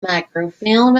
microfilm